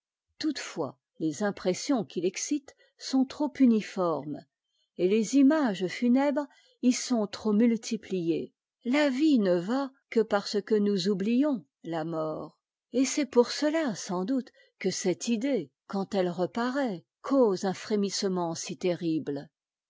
toutefois les impressions qu'il excite sont trop uniformes et les images funèbres y sont trop multipliées la vie ne va que parce que nous oublions la mort et c'est pour cela sans doute que cette idée quand elle repamtt cms eun frémissement sf terrible